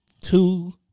two